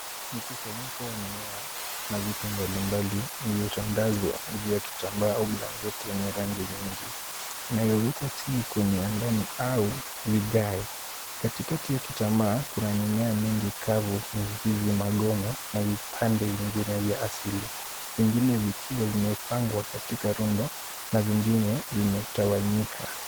Mkusanyiko wa mimea na vitu mbalimbali iliyotandazwa juu ya kitambaa au blanketi yenye rangi nyingi. Inayowekwa chini kwenye lami au vigae. Katikati ya kitambaa kuna mimea mingi kavu, mizizi magome na vipande vingine vya asili, vingine vikiwa vimepangwa katika rundo na vingine vimetawanyika.